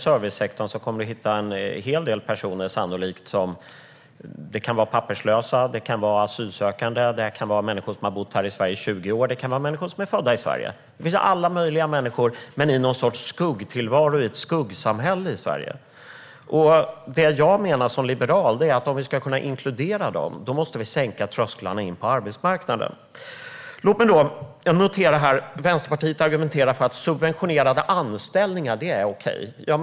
Där kommer man sannolikt att hitta en hel del personer - det kan vara papperslösa, asylsökande, människor som har bott i Sverige i 20 år eller människor som är födda i Sverige - i en skuggtillvaro, i ett skuggsamhälle i Sverige. Som liberal menar jag att om vi ska kunna inkludera dem måste vi sänka trösklarna in på arbetsmarknaden. Vänsterpartiet argumenterar för att subventionerade anställningar är okej.